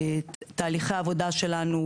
תהליכי העבודה שלנו,